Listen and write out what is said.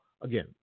again